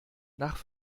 nach